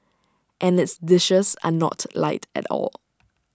and its dishes are not light at all